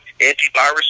antivirus